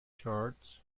charts